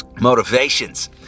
motivations